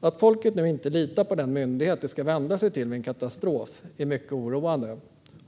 Att folket inte litar på den myndighet de ska vända sig till vid en katastrof är mycket oroande.